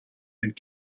and